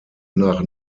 nach